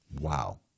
Wow